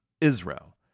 Israel